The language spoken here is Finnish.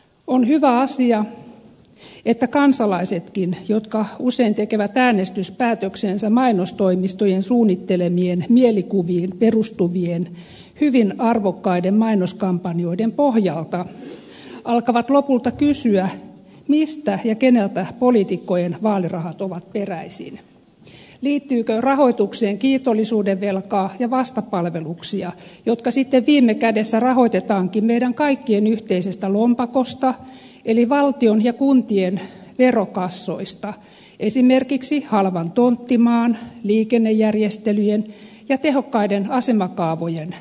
on hyvä asia että kansalaisetkin jotka usein tekevät äänestyspäätöksensä mainostoimistojen suunnittelemien mielikuviin perustuvien hyvin arvokkaiden mainoskampanjoiden pohjalta alkavat lopulta kysyä mistä ja keneltä poliitikkojen vaalirahat ovat peräisin liittyykö rahoitukseen kiitollisuudenvelkaa ja vastapalveluksia jotka sitten viime kädessä rahoitetaankin meidän kaikkien yhteisestä lompakosta eli valtion ja kuntien verokassoista esimerkiksi halvan tonttimaan liikennejärjestelyjen ja tehokkaiden asemakaavojen muodossa